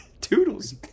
Toodles